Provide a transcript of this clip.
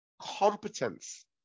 competence